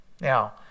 Now